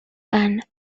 and